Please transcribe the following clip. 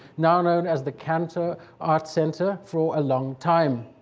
now known as the cantor art center, for a long time.